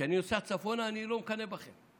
כשאני נוסע צפונה אני לא מקנא בכם.